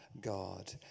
God